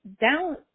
down